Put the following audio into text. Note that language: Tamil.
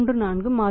34 மாதங்கள்